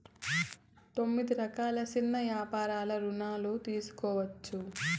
తొమ్మిది రకాల సిన్న యాపార రుణాలు తీసుకోవచ్చు